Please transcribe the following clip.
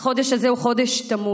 החודש הזה הוא חודש תמוז.